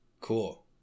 Cool